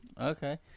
Okay